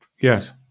Yes